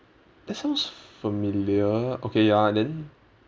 that sounds familiar okay ya and then